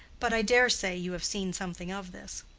but i dare say you have seen something of this.